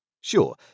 Sure